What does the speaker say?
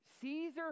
Caesar